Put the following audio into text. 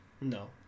No